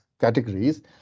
categories